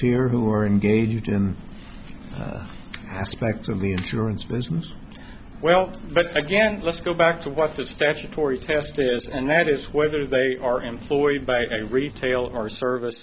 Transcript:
or who are engaged in aspects of the insurance business well but again let's go back to what the statutory test is and that is whether they are employed by a retail or service